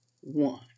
one